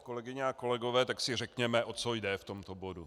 Kolegyně a kolegové, tak si řekněme, o co jde v tomto bodu.